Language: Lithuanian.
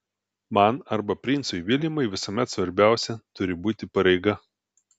man arba princui viljamui visuomet svarbiausia turi būti pareiga